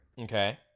Okay